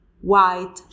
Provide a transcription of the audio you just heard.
white